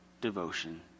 devotion